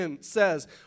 says